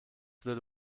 würde